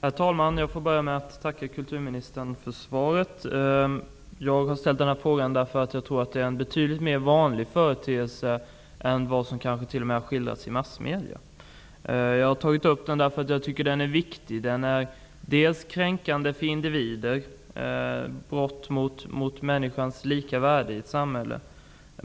Herr talman! Jag tackar kulturministern för svaret. Jag har ställt denna fråga därför att jag tror att etnisk diskriminering i nöjeslivet är en betydligt mer vanlig företelse än vad som kanske t.o.m. skildrats i massmedierna. Frågan är viktig. En sådan diskrimineringen är en kränkning för individen och ett brott mot människans lika värde i ett samhälle.